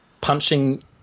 punching